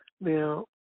Now